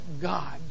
God